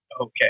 okay